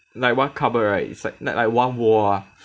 like one cupboard right it's like like like one wall ah